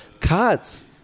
Cards